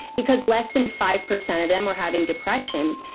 because less than five percent of them were having depression,